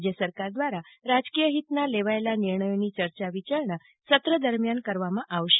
રાજય સરકાર દ્વારા પ્રજાકીય હીતના લેવાયેલ નિર્ણયોની યર્યા વિચારણા સત્ર દરમિયાન કરવામાં આવશે